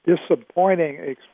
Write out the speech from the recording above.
disappointing